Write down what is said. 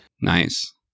Nice